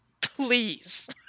please